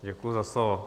Děkuji za slovo.